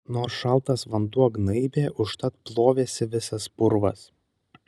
nors šaltas vanduo gnaibė užtat plovėsi visas purvas